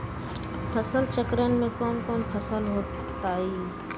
फसल चक्रण में कौन कौन फसल हो ताई?